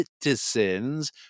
citizens